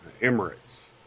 Emirates